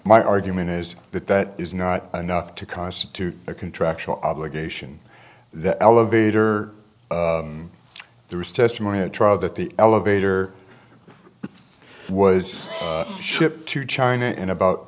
my argument is that that is not enough to constitute a contractual obligation the elevator there was testimony at trial that the elevator was shipped to china in about